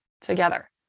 together